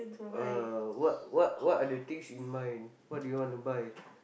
uh what what what are the things in mind what do you want to buy